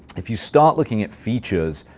if you start looking at features,